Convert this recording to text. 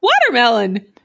Watermelon